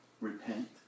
Repent